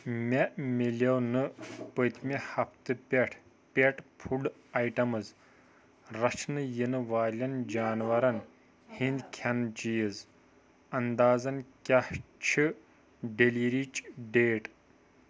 مےٚ میلیو نہٕ پٔتۍمہِ ہفتہٕ پٮ۪ٹھ پٮ۪ٹھ فُڈ آیٹَمٕز رَچھنہٕ یِنہٕ والٮ۪ن جانوَرن ہٕنٛدۍ کھٮ۪نہٕ چیٖز انٛدازَن کیٛاہ چھِ ڈیلیرچ ڈیٹ